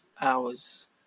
hours